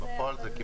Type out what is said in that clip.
הדיון.